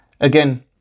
Again